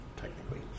technically